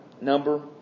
number